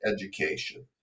education